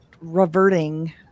reverting